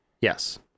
Yes